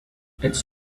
its